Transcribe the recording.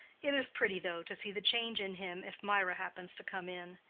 it is pretty, though, to see the change in him if mirah happens to come in.